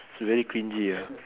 very cringey ah